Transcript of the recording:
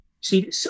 see